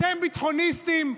אתם ביטחוניסטים?